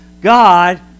God